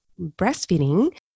breastfeeding